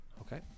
Okay